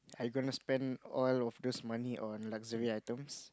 are you gonna spend all of those money on luxury items